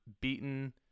beaten